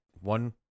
one